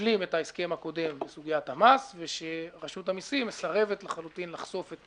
שמשלים את ההסכם הקודם בסוגיית המס ושרשות המסים מסרבת לחלוטין לחשוף את